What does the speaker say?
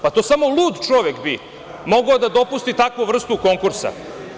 Pa to samo lud čovek bi mogao da dopusti takvu vrstu konkursa.